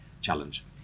challenge